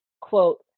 quote